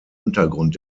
untergrund